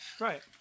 Right